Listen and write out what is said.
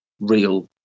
real